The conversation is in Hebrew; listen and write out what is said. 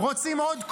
רוצים עוד כוח.